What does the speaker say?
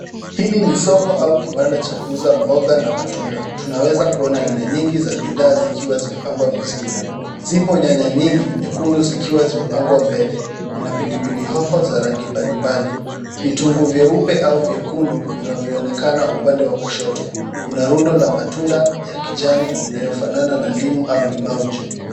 Hili ni soko au kibanda cha kuuza mboga na matunda. Tunaweza kuona aina nyingi za bidhaa zikiwa zimepangwa vizuri. Zipo nyanya nyingi nyekundu zikiwa zimepangwa mbele. Kuna pilipili hoho za rangi mbali mbali. Vitunguu vyeupe au vyekundu vinavyoonekana upande wa kushoto. Kuna rundo la matunda ya kijani inayofanana na ndimu au limau juu.